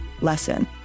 lesson